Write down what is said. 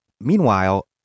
Meanwhile